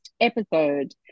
episode